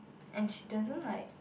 and she doesn't like